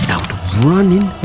Outrunning